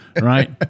right